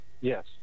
Yes